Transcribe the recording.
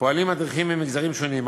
פועלים מדריכים ממגזרים שונים,